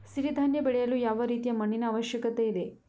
ಸಿರಿ ಧಾನ್ಯ ಬೆಳೆಯಲು ಯಾವ ರೀತಿಯ ಮಣ್ಣಿನ ಅವಶ್ಯಕತೆ ಇದೆ?